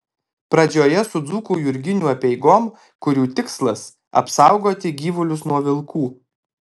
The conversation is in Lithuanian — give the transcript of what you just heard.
pradžioje su dzūkų jurginių apeigom kurių tikslas apsaugoti gyvulius nuo vilkų